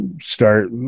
start